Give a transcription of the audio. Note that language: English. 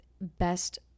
best